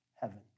heaven